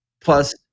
plus